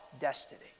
destiny